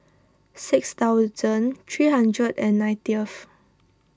six thousand three hundred and nineteenth